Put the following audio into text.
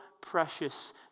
precious